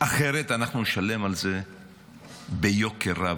אחרת אנחנו נשלם על זה ביוקר רב,